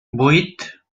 vuit